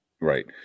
Right